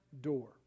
door